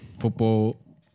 football